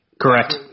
Correct